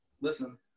listen